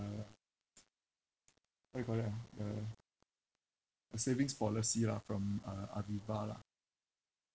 what you call that ah uh a savings policy lah from uh aviva lah